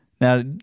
Now